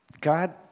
God